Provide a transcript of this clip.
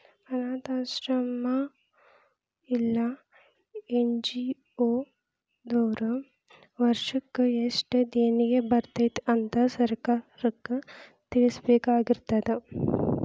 ಅನ್ನಾಥಾಶ್ರಮ್ಮಾ ಇಲ್ಲಾ ಎನ್.ಜಿ.ಒ ದವ್ರು ವರ್ಷಕ್ ಯೆಸ್ಟ್ ದೇಣಿಗಿ ಬರ್ತೇತಿ ಅಂತ್ ಸರ್ಕಾರಕ್ಕ್ ತಿಳ್ಸಬೇಕಾಗಿರ್ತದ